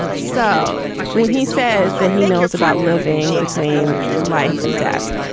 so when he says that he knows about living between life and death.